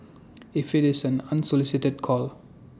if IT is an unsolicited call